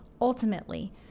ultimately